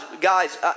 guys